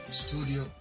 studio